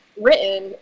written